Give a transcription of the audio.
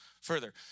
further